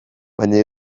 baina